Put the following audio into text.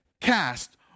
cast